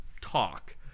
talk